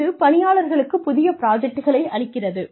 இது பணியாளர்களுக்கு புதிய புராஜெக்ட்களை அளிக்கிறது